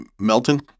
Melton